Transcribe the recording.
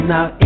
Now